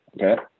Okay